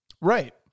Right